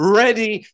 ready